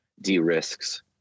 de-risks